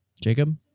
Jacob